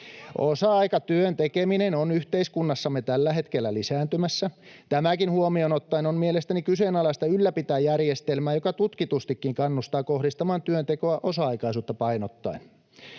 Osa-aikatyön tekeminen on yhteiskunnassamme tällä hetkellä lisääntymässä. Tämäkin huomioon ottaen on mielestäni kyseenalaista ylläpitää järjestelmää, joka tutkitustikin kannustaa kohdistamaan työntekoa osa-aikaisuutta painottaen.